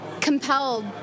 compelled